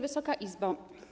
Wysoka Izbo!